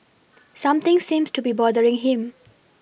something seems to be bothering him